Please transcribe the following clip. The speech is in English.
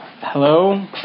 hello